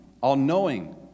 all-knowing